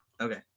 Okay